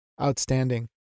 Outstanding